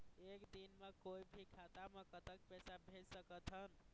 एक दिन म कोई भी खाता मा कतक पैसा भेज सकत हन?